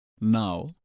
Now